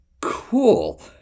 cool